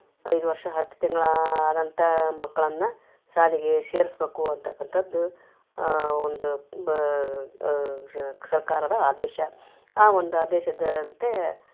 ಐದು ವರ್ಷ ಹತ್ತು ತಿಂಗಳು ಆದಂಥ ಮಕ್ಕಳನ್ನ ಶಾಲಿಗೆ ಸೇರ್ಸ್ಬೆಕು ಅಂತಕ್ಕಂಥದ್ದು ಒಂದು ಬ ಸರ್ಕಾರದ ಆದೇಶ ಆ ಒಂದು ಆದೇಶದಂತೆ